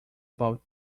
about